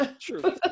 True